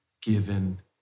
given